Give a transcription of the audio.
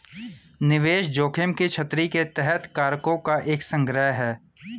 निवेश जोखिम की छतरी के तहत कारकों का एक संग्रह है